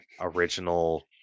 original